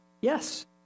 Yes